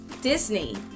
Disney